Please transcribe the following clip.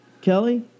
Kelly